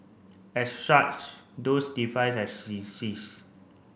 as such those device have seize